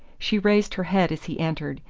she raised her head as he entered,